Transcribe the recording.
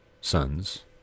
sons